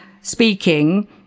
speaking